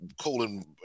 colon